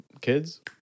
kids